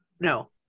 No